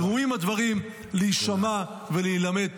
ראויים הדברים להישמע ולהילמד.